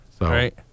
Right